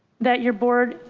that your board,